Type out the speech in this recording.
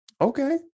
Okay